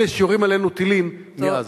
אלה שיורים עלינו טילים מעזה.